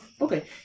Okay